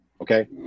Okay